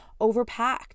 overpacked